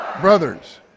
brothers